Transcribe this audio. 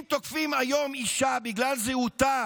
אם תוקפים היום אישה בגלל זהותה